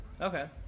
Okay